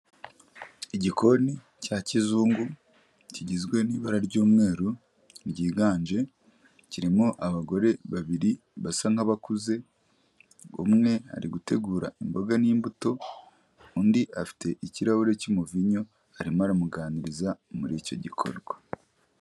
Igikoni cya kizungu kigizwe n'ibara ry'umweru ryiganje, kirimo abagore babiri basa nk'abakuze, umwe ari gutegura imboga n'imbuto, undi afite ikirahure cy'umuvinyo, arimo aramuganiriza muri icyo gikorwa.